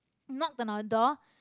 knock the door